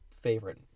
favorite